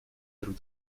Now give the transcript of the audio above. друг